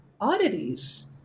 oddities